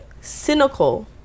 cynical